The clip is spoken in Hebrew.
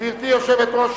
גברתי יושבת-ראש